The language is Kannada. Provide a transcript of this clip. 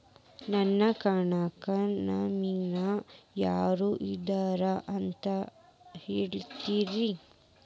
ನನ್ನ ಖಾತಾಕ್ಕ ನಾಮಿನಿ ಯಾರ ಇದಾರಂತ ಹೇಳತಿರಿ?